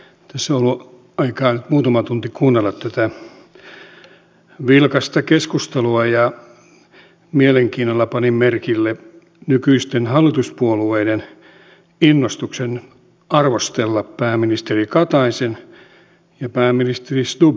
tässä on ollut aikaa nyt muutama tunti kuunnella tätä vilkasta keskustelua ja mielenkiinnolla panin merkille nykyisten hallituspuolueiden innostuksen arvostella pääministeri kataisen ja pääministeri stubbin hallitusten toimintoja